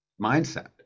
mindset